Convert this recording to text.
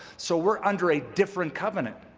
so we're under a different covenant,